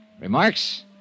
Remarks